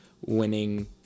winning